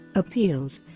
appeals